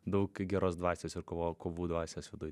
daug geros dvasios ir kovo kovų dvasios viduj